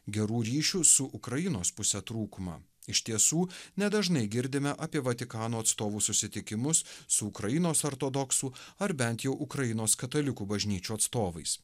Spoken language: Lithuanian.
gerų ryšių su ukrainos puse trūkumą iš tiesų nedažnai girdime apie vatikano atstovų susitikimus su ukrainos ortodoksų ar bent jau ukrainos katalikų bažnyčių atstovais